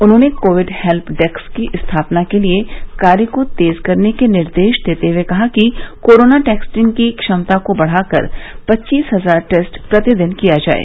उन्होंने covid help desk की स्थापना के लिये कार्य को तेज करने के निर्देश देते हुए कहा कि कोरोना टेस्टिंग की क्षमता को बढ़ा कर पच्चीस हजार टेस्ट प्रतिदिन किया जाये